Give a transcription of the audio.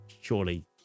surely